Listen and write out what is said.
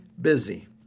busy